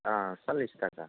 अ सल्लिस थाखा